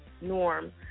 Norm